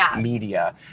media